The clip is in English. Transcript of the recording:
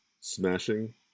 smashing